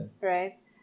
right